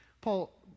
Paul